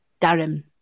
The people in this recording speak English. Darren